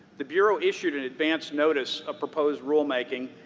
the bureau issued an advanced notice of proposed rulemaking,